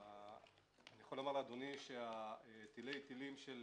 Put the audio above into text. אני יכול לומר לאדוני שתילי תילים של